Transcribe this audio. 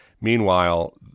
Meanwhile